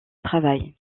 travail